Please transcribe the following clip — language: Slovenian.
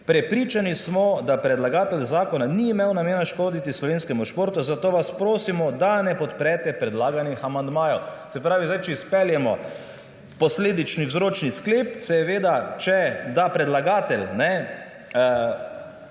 »Prepričani smo, da predlagatelj zakona ni imel namene škoditi slovenskemu športu, zato vas prosimo, da ne podprete predlaganih amandmajev.« Se pravi, sedaj če izpeljemo posledični vzročni sklep, seveda, da predlagatelj